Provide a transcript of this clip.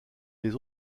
les